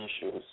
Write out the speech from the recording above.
issues